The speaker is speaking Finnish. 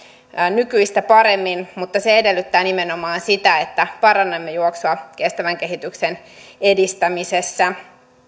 nykyistä paremmin mutta se edellyttää nimenomaan sitä että parannamme juoksua kestävän kehityksen edistämisessä